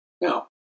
Now